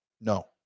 No